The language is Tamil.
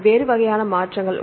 வெவ்வேறு வகையான மாற்றங்கள்